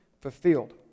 fulfilled